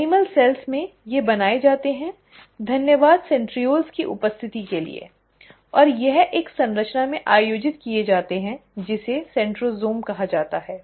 पशु कोशिकाओं में ये बनाए जाते हैं थैंक्स सेंट्रीओल्स की उपस्थिति के लिए और यह एक संरचना में आयोजित किए जाते हैं जिसे सेंट्रोसोम कहा जाता है